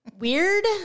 weird